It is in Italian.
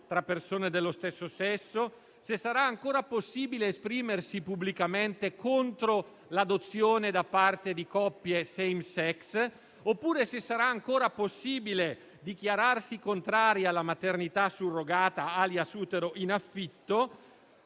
tra persone dello stesso sesso, se sarà ancora possibile esprimersi pubblicamente contro l'adozione da parte di coppie *same sex*, oppure se sarà ancora possibile dichiararsi contrari alla maternità surrogata, *alias* utero in affitto,